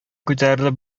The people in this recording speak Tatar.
күтәрелеп